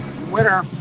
winner